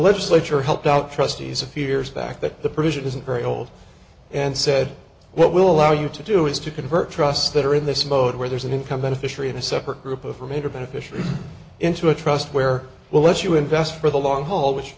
legislature helped out trustees a few years back that the provision isn't very old and said what will allow you to do is to convert trusts that are in this mode where there's an income beneficiary in a separate group of or major beneficiaries into a trust where well let's you invest for the long haul which